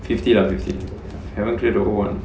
fifty lah fifty haven't clear the old [one]